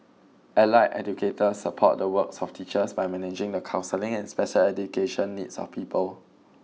allied educators support the works of teachers by managing the counselling and special education needs of pupils